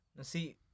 See